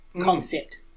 concept